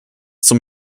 zum